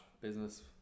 Business